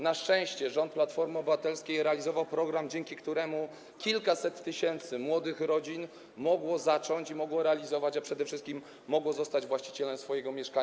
Na szczęście rząd Platformy Obywatelskiej realizował program, dzięki któremu kilkaset tysięcy młodych rodzin mogło zacząć i realizować... przede wszystkim mogło zostać właścicielami ich mieszkań.